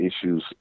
issues